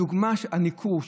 הניכור.